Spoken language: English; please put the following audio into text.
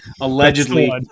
allegedly